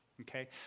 Okay